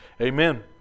amen